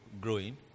growing